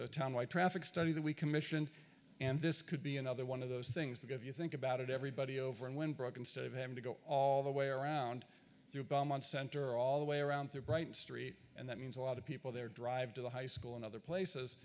the traffic study that we commissioned and this could be another one of those things because if you think about it everybody over and went broke instead of having to go all the way around through beaumont center all the way around their bright street and that means a lot of people their drive to the high school and other places